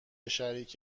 شریک